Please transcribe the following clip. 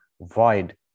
void